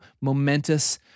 momentous